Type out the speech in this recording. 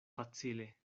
facile